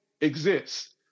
exists